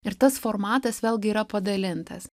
ir tas formatas vėlgi yra padalintas